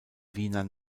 wiener